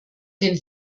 den